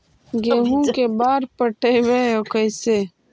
गेहूं के बार पटैबए और कैसे?